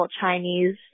Chinese